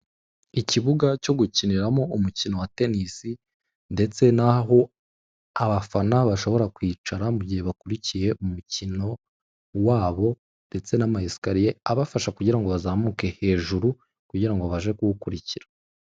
Ikibuga cyo gukiniramo umukino wa tenisi ndetse naho abafana bashobora kwicara mu gihe bakurikiye umukino wabo ndetse n'ama esikariye abafasha kugira ngo bazamuke hejuru kugira ngo babashe kuwukurikira.